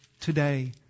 today